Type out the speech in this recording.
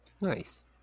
Nice